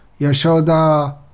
Yashoda